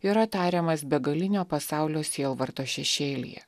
yra tariamas begalinio pasaulio sielvarto šešėlyje